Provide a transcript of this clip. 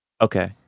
Okay